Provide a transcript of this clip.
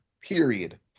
Period